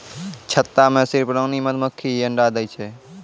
छत्ता मॅ सिर्फ रानी मधुमक्खी हीं अंडा दै छै